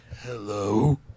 Hello